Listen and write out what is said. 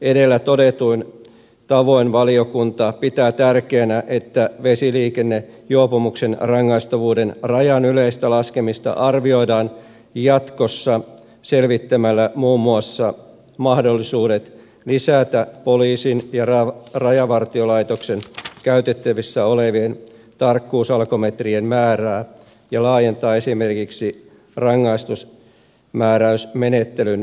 edellä todetuin tavoin valiokunta pitää tärkeänä että vesiliikennejuopumuksen rangaistavuuden rajan yleistä laskemista arvioidaan jatkossa selvittämällä muun muassa mahdollisuudet lisätä poliisin ja rajavartiolaitoksen käytettävissä olevien tarkkuusalkometrien määrää ja laajentaa esimerkiksi rangaistusmääräysmenettelyn käyttöönottoa